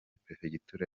perefegitura